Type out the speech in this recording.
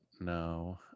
No